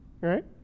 right